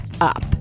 up